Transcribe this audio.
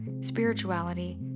spirituality